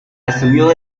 asumió